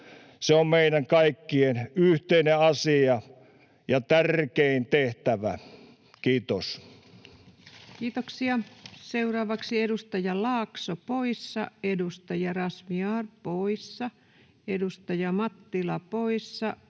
Se on meidän kaikkien yhteinen asia ja tärkein tehtävä. — Kiitos. Kiitoksia. — Seuraavaksi edustaja Laakso poissa, edustaja Razmyar poissa, edustaja Mattila poissa,